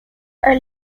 are